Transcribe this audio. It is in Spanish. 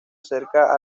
acerca